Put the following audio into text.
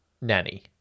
nanny